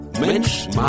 Mensch